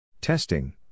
Testing